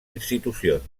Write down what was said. institucions